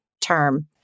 term